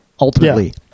ultimately